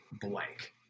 blank